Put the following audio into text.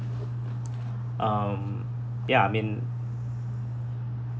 um ya I mean